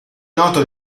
noto